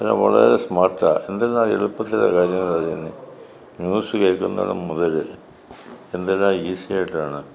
എല്ലാം വളരെ സ്മാർട്ടാ എന്തെല്ലാം എളുപ്പത്തിലാ കാര്യങ്ങളറിയുന്നത് ന്യൂസ് കേൾക്കുന്നത് മുതൽ എന്തെല്ലാം ഈസി ആയിട്ടാണ്